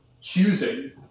choosing